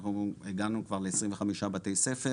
אנחנו הגענו כבר לעשרים וחמישה בתי ספר